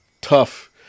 tough